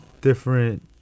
different